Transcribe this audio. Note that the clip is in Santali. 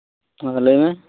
ᱢᱟ ᱟᱫᱚ ᱞᱟᱹᱭᱢᱮ